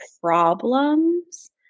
problems